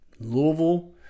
Louisville